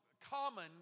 common